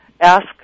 ask